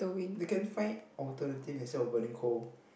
they can find alternative instead of burning coal